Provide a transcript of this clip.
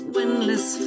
windless